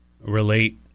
relate